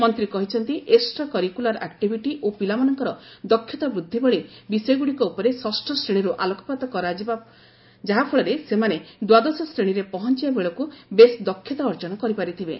ମନ୍ତ୍ରୀ କହିଛନ୍ତି extra curricular activity ଓ ପିଲାମାନଙ୍କର ଦକ୍ଷତା ବୃଦ୍ଧି ଭଳି ବିଷୟଗୁଡ଼ିକ ଉପରେ ଷଷ୍ଠ ଶ୍ରେଣୀରୁ ଆଲୋକପାତ କରାଯିବ ଯାଫଳରେ ସେମାନେ ଦ୍ୱାଦଶ ଶ୍ରେଣୀରେ ପହଞ୍ଚିବା ବେଳକୁ ବେଶ୍ ଦକ୍ଷତା ଅର୍ଜନ କରିପାରିଥିବେ